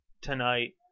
tonight